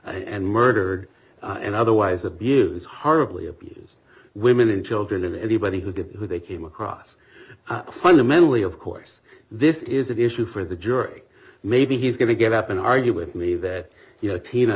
and murdered and otherwise abuse horribly abused women and children and anybody who did who they came across fundamentally of course this is an issue for the jury maybe he's going to give up and argue with me that y